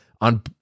on